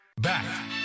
Back